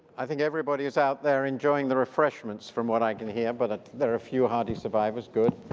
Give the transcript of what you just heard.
i think everybody is out there enjoying the refreshments from what i can hear but ah there are a few hardy survivors, good.